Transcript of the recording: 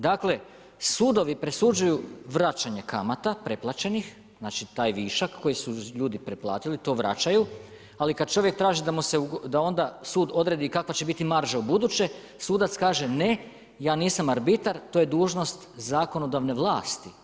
Dakle, sudovi presuđuju vraćanje kamata pretplaćenih, znači taj višak koji su ljudi pretplatili to vraćaju, ali kad čovjek traži da mu se, da onda, sud odredi kakva će biti marža ubuće, sudac kaže, ne ja nisam arbitar, to je dužnost zakonodavne vlasti.